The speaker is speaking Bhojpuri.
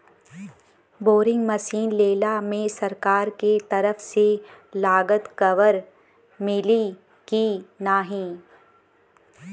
बोरिंग मसीन लेला मे सरकार के तरफ से लागत कवर मिली की नाही?